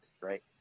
right